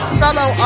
solo